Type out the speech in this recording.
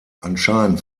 anscheinend